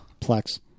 Plex